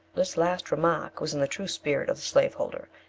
this last remark was in the true spirit of the slaveholder,